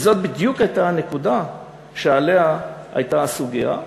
וזאת בדיוק הייתה הנקודה שעליה הייתה הסוגיה.